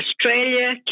Australia